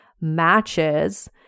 matches